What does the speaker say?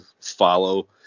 follow